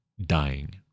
dying